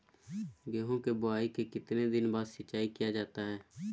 गेंहू की बोआई के कितने दिन बाद सिंचाई किया जाता है?